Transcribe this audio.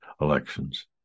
elections